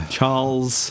Charles